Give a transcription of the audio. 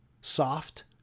soft